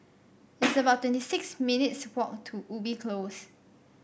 it's about twenty six minutes' walk to Ubi Close